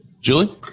Julie